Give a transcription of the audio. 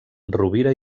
rovira